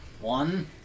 One